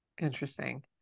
Interesting